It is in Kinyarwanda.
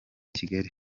kigali